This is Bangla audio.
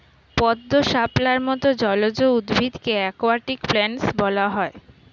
পদ্ম, শাপলার মত জলজ উদ্ভিদকে অ্যাকোয়াটিক প্ল্যান্টস বলা হয়